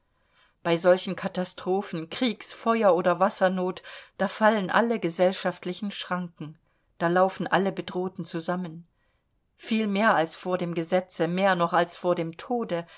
bei solchen katastrophen kriegs feuer oder wassernot da fallen alle gesellschaftlichen schranken da laufen alle bedrohten zusammen viel mehr als vor dem gesetze mehr noch als vor dem tode